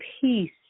peace